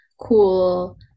cool